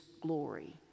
glory